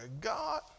God